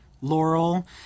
laurel